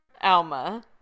alma